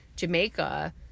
Jamaica